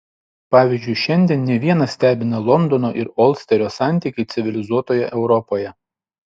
pavyzdžiui šiandien ne vieną stebina londono ir olsterio santykiai civilizuotoje europoje